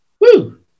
Woo